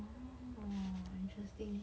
oh interesting